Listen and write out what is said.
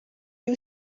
you